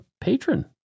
patron